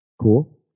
Cool